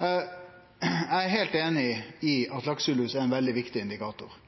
Eg er heilt einig i at lakselus er ein veldig viktig indikator,